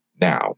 Now